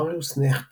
מריוס נכט